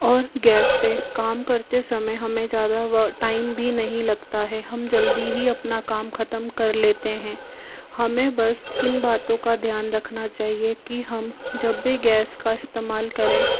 और गैस काम करते समय हमें ज़्यादा व टाइम भी नहीं लगता है हम जल्दी ही अपना काम ख़त्म कर लेते है हमें बस इन बातों का ध्यान रखना चाहिए कि हम जब भी गैस का इस्तेमाल करें